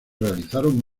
realizaron